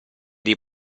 dei